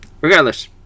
Regardless